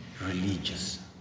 religious